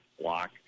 block